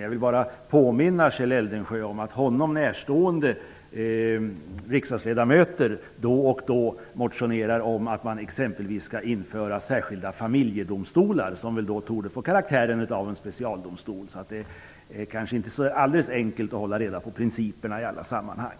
Jag vill bara påminna Kjell Eldensjö om att honom närstående riksdagsledamöter då och då motionerar om att man exempelvis skall införa särskilda familjedomstolar, som väl då torde få karaktären av en specialdomstol. Det är väl kanske inte så alldeles enkelt att hålla reda på principerna i alla sammanhang.